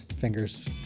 fingers